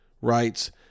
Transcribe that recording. writes